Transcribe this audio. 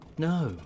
No